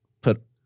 put